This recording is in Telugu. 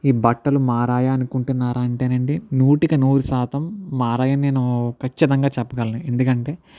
ఈ బట్టలు మారాయా అనుకుంటున్నారా అంటేనండి నూటికి నూరు శాతం మారాయని నేను ఖచ్చితంగా చెప్పగలను ఎందుకంటే